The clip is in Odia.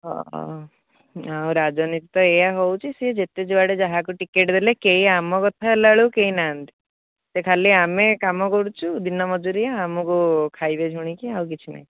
ଓ ହୋ ଆଉ ରାଜନୀତି ତ ଏୟା ହେଉଛି ସେ ଯେତେ ଯୁଆଡ଼େ ଯାହାକୁ ଟିକେଟ୍ ଦେଲେ କେଇ ଆମ କଥା ହେଲା ବେଳକୁ କେଇ ନାହାନ୍ତି ସେ ଖାଲି ଆମେ କାମ କରୁଛୁ ଦିନ ମଜୁରିଆ ଆମକୁ ଖାଇବେ ଝୁଣିକି ଆଉ କିଛି ନାହିଁ